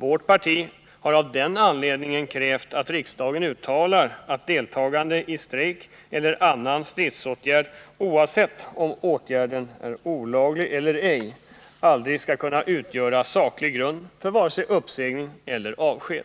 Vårt parti har av den anledningen krävt att riksdagen uttalar att deltagande i strejk eller annan stridsåtgärd, oavsett om åtgärden är olaglig eller ej, aldrig skall kunna utgöra saklig grund för vare sig uppsägning eller avsked.